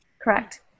Correct